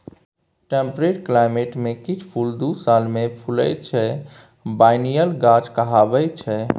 temperate climate मे किछ फुल दु साल मे फुलाइ छै बायनियल गाछ कहाबै छै